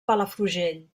palafrugell